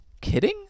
kidding